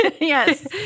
Yes